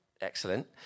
Excellent